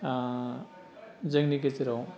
जोंनि गेजेराव